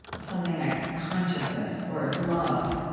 something like consciousness or love